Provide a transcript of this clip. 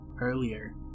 earlier